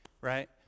Right